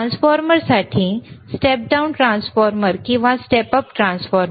ट्रान्सफॉर्मरसाठी step down transformer किंवा step up transformer